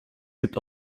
gibt